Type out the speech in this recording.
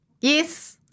Yes